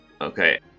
Okay